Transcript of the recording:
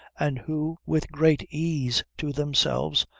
and who, with great ease to themselves,